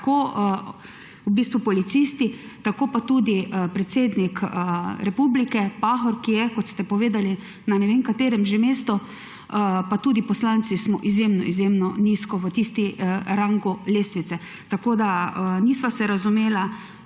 tako policisti, kot tudi predsednik republike Pahor, ki je, kot ste povedali, na ne vem katerem že mestu. Pa tudi poslanci smo izjemno, izjemno nizko v tistem rangu lestvice. Tako da se nisva razumela.